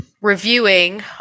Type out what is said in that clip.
reviewing